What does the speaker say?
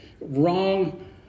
wrong